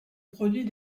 produit